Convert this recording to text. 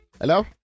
Hello